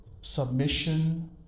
submission